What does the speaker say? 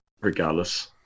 regardless